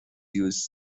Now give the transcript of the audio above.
use